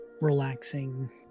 relaxing